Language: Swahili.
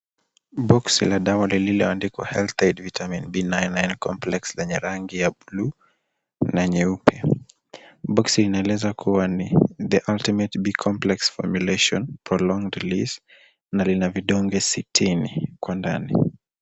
Boksi la dawa lilioandikwa Health Aid Vitamin B99 Complex lenye rangi ya buluu na nyeupe. Boksi inaeleza kuwa ni The ultimate B complex formulation prolonged release na lina vidonge sitini huko ndani.